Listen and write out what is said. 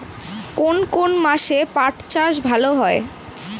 কোন কোন মাসে পাট চাষ ভালো হয়?